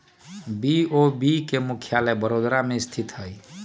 BOB के मुख्यालय बड़ोदरा में स्थित हइ